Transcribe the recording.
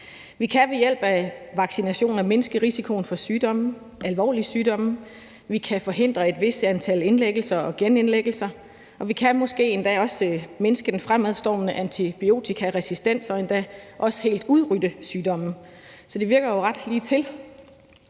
Vi kan ved hjælp af vaccinationer mindske risikoen for sygdomme, alvorlige sygdomme, vi kan forhindre et vist antal indlæggelser og genindlæggelser, og vi kan måske endda også mindske den fremadstormende antibiotikaresistens og måske endda også helt udrydde sygdomme, så det virker jo ret ligetil.